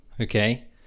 okay